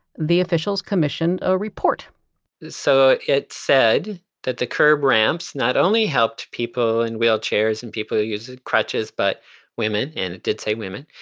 the officials commissioned a report so it said the curb ramps not only helped people in wheelchairs, and people who used crutches, but women, and it did say women,